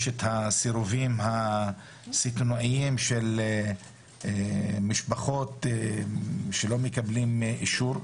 יש את הסירובים הסיטונאיים של משפחות שלא מקבלים אישור,